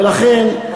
ולכן,